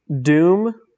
Doom